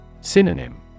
Synonym